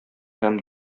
һәм